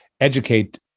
educate